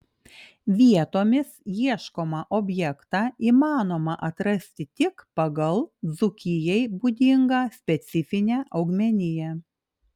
vietomis ieškomą objektą įmanoma atrasti tik pagal dzūkijai būdingą specifinę augmeniją